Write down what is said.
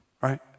right